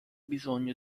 bisogno